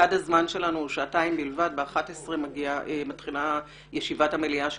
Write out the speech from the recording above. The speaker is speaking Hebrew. סד הזמן שלנו הוא שעתיים בלבד ב-11 מתחילה ישיבת המליאה של